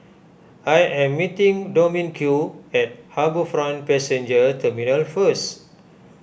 I am meeting Dominque at HarbourFront Passenger Terminal first